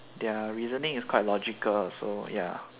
their reasoning is quite logical also ya